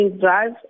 Drive